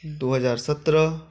दू हजार सत्रह